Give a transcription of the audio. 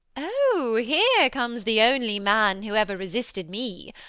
oh! here comes the only man who ever resisted me.